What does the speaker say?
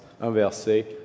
inversé